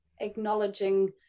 acknowledging